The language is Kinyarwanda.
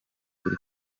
kuri